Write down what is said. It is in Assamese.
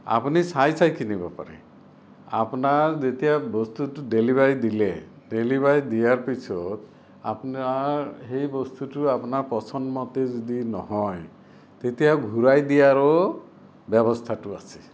আপুনি চাই চাই কিনিব পাৰে আপোনাৰ যেতিয়া বস্তুটো ডেলিভাৰী দিলে ডেলিভাৰী দিয়াৰ পিছত আপোনাৰ সেই বস্তুটো আপোনাৰ পছন্দমতে যদি নহয় তেতিয়া ঘূৰাই দিয়াৰো ব্যৱস্থাটো আছে